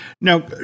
Now